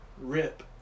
Rip